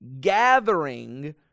Gathering